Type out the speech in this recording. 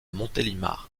montélimar